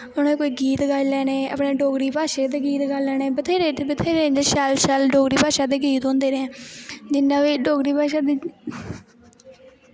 उ'नें कोई गीत गाई लैने अपनी डोगरी भाशा दे गाई लैने बत्थेरे इत्थै डोगरी भाशा दे गीत होंदे रेह् ऐं जि'यां बी डोगरी भाशा दे